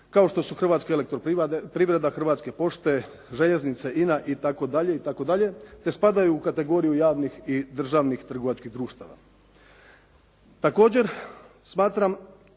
kao što su Hrvatska elektroprivreda, Hrvatska pošta, željeznice, INA itd., itd. te spadaju u kategoriju javnih i državnih trgovačkih društava. Također smatram